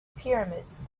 pyramids